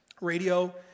radio